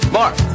Mark